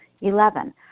Eleven